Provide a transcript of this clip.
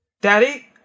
Daddy